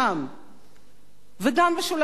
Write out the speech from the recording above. וגם בשוליים הקיצוניים של הימין.